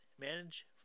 manage